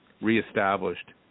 reestablished